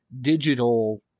digital